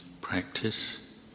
practice